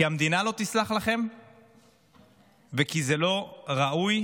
כי המדינה לא תסלח לכם וכי זה לא ראוי,